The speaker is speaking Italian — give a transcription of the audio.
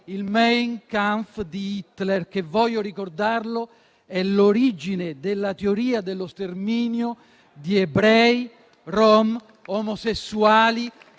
il «Mein Kampf» di Hitler, che - voglio ricordarlo - è l'origine della teoria dello sterminio di ebrei, rom, omosessuali,